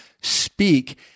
speak